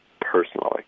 personally